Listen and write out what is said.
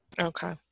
Okay